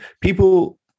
people